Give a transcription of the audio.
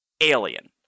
alien